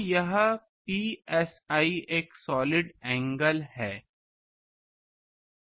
तो यह psi एक सॉलिड एंगल है